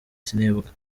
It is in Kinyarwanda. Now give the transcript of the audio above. sinibuka